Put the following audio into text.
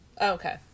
okay